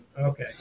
Okay